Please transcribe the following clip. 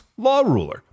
LawRuler